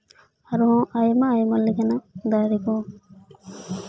ᱟᱨᱦᱚᱸ ᱟᱭᱢᱟᱼᱟᱭᱢᱟ ᱞᱮᱠᱟᱱᱟᱜ ᱫᱟᱨᱮ ᱠᱚ